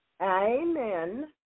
Amen